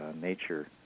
nature